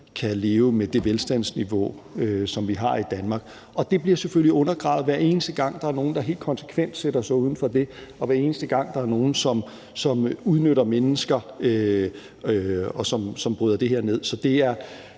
kan leve med det velstandsniveau, som vi har i Danmark. Det bliver selvfølgelig undergravet, hver eneste gang der er nogle, der helt konsekvent sætter sig ud over det, og hver eneste gang der er nogle, som udnytter mennesker, og som nedbryder det her. Det er